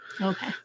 Okay